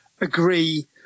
agree